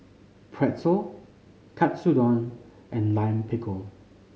Pretzel Katsudon and Lime Pickle